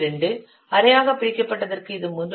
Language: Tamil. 2 அரையாக பிரிக்கப்பட்டதற்கு இது 3